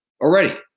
already